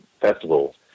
festivals